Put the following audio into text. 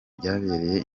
byabereye